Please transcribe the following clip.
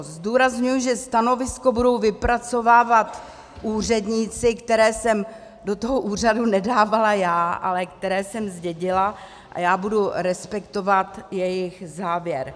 Zdůrazňuji, že stanovisko budou vypracovávat úředníci, které jsem do toho úřadu nedávala já, ale které jsem zdědila, a já budu respektovat jejich závěr.